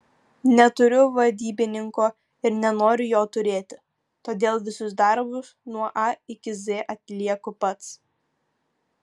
neturiu vadybininko ir nenoriu jo turėti todėl visus darbus nuo a iki z atlieku pats